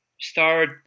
Start